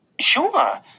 Sure